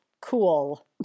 cool